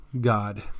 God